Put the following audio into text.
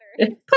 Put